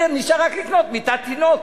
נשאר רק לקנות מיטת תינוק,